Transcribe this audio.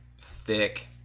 thick